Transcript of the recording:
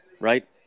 right